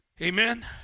Amen